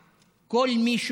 גברתי.